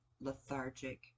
lethargic